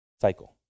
Cycle